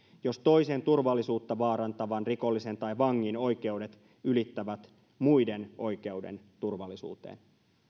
jos toisen turvallisuutta vaarantavan rikollisen tai vangin oikeudet ylittävät muiden oikeuden turvallisuuteen